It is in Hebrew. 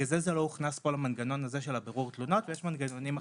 ובגלל זה לא הוכנס כל המנגנון הזה של בירור תלונות ויש מנגנונים אחרים.